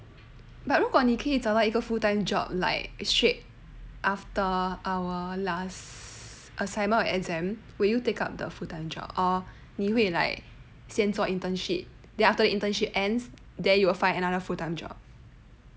but 如果你可以找到一个 full time job like straight after our last assignment or exam will you take up the full time job or 你会 like 先做 internship then after the internship ends then you will find another full time job